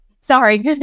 sorry